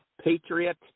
Patriot